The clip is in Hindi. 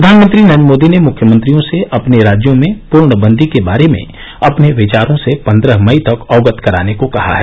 प्रधानमंत्री नरेन्द्र मोदी ने मुख्यमंत्रियों से अपने राज्यों में पर्णबंदी के बारे में अपने विचारों से पन्द्रह मई तक अवगत कराने को कहा है